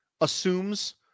assumes